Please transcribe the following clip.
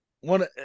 One